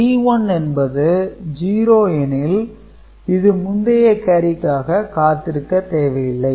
P1 என்பது 0 எனில் இது முந்தைய கேரிக்காக காத்திருக்க தேவையில்லை